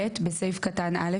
(ב) בסעיף קטן (א),